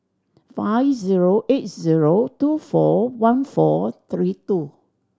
five zero eight zero two four one four three two